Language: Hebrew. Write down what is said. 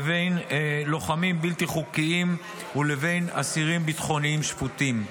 לוחמים בלתי חוקיים ואסירים ביטחוניים שפוטים.